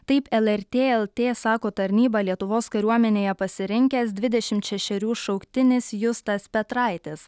taip lrt lt sako tarnybą lietuvos kariuomenėje pasirinkęs dvidešimt šešerių šauktinis justas petraitis